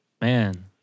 Man